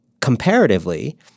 comparatively